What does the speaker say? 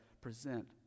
present